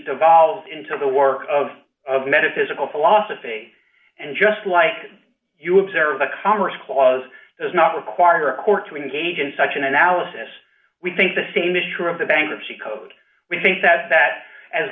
devolved into the work of metaphysical philosophy and just like you observe the commerce clause does not require or to engage in such an analysis we think the same is true of the bankruptcy code we think that that as